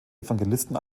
evangelisten